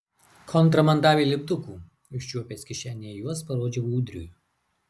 kontra man davė lipdukų užčiuopęs kišenėje juos parodžiau ūdriui